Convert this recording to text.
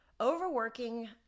Overworking